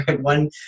One